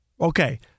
Okay